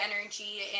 energy